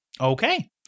Okay